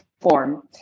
form